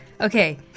Okay